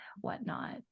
whatnot